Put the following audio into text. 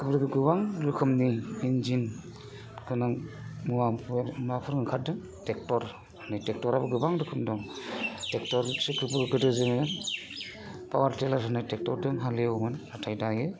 गोबां रोखोमनि इनजिन गोनां मुवाफोर माबाफोर ओंखारदों ट्रेक्ट'र नै ट्रेक्ट'राबो गोबां रोखोमनि दं ट्रेक्ट'रखौबो गोदो जोङो पावार टिलार होननाय ट्रेक्ट'रजों हालेवोमोन नाथाय दायो